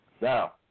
Now